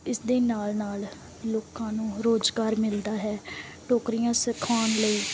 ਇਸ ਦੇ ਨਾਲ ਨਾਲ ਲੋਕਾਂ ਨੂੰ ਰੁਜ਼ਗਾਰ ਮਿਲਦਾ ਹੈ ਟੋਕਰੀਆਂ ਸਿਖਾਉਣ ਲਈ